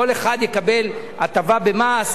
שכל אחד יקבל הטבה במס,